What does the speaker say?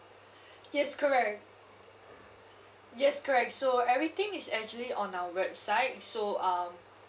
yes correct yes correct so everything is actually on our website so um